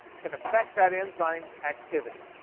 can affect that enzyme's activity.